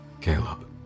Caleb